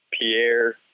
Pierre